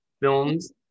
films